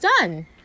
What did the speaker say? done